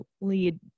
lead